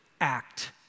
Act